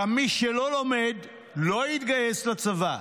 גם מי שלא לומד לא יתגייס לצבא,